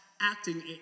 acting